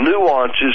nuances